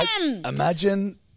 imagine